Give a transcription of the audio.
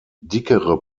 dickere